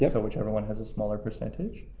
yeah so whichever one has a smaller percentage,